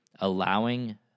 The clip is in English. allowing